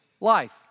life